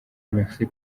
merci